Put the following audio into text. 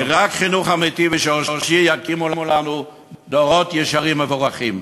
כי רק חינוך אמיתי ושורשי יקים לנו דורות ישרים מבורכים.